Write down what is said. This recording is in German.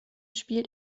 spielt